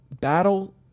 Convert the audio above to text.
battle